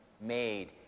made